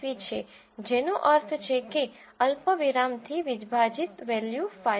csv છે જેનો અર્થ છે કે અલ્પવિરામથી વિભાજિત વેલ્યુ ફાઇલ